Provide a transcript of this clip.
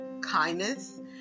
kindness